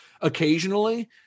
occasionally